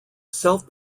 self